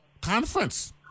conference